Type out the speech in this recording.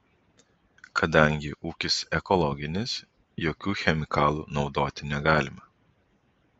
kadangi ūkis ekologinis jokių chemikalų naudoti negalima